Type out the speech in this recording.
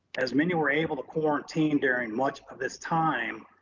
as many were able to quarantine during much of this time,